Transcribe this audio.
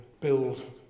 build